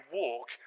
walk